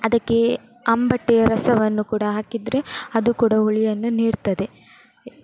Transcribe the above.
ಅದಕ್ಕೆ ಅಂಬಟೆ ರಸವನ್ನು ಕೂಡ ಹಾಕಿದ್ರೆ ಅದು ಕೂಡ ಹುಳಿಯನ್ನು ನೀಡ್ತದೆ ನಾ